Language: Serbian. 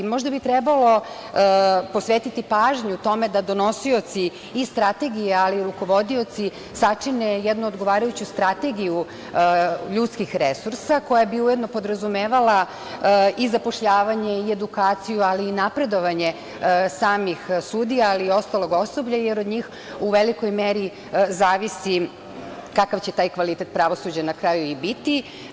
Možda bi trebalo posvetiti pažnju tome da donosioci i strategije ali i rukovodioci sačine jednu odgovarajuću strategiju ljudskih resursa, koja bi ujedno podrazumevala i zapošljavanje i edukaciju, ali i napredovanje samih sudija i ostalog osoblja, jer od njih u velikoj meri zavisi kakav će taj kvalitet pravosuđa na kraju i biti.